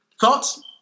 Thoughts